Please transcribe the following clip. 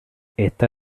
está